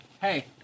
Hey